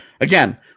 again